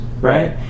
right